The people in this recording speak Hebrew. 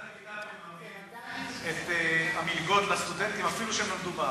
משרד הקליטה מממן את המלגות לסטודנטים אפילו שהם נולדו בארץ.